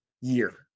year